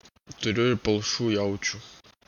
turiu ir palšų jaučių